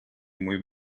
muy